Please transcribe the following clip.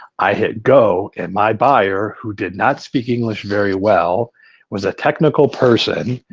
i hit go and my buyer who did not speak english very well was a technical person.